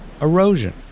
erosion